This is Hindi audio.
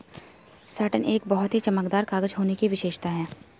साटन एक बहुत ही चमकदार कागज होने की विशेषता है